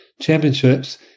championships